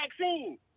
vaccine